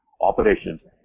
operations